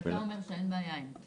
ואתה אומר שאין בעיה עם זה?